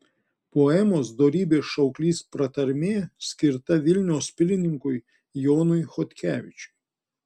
poemos dorybės šauklys pratarmė skirta vilniaus pilininkui jonui chodkevičiui